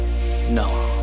no